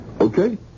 Okay